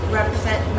represent